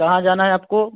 कहाँ जाना है आपको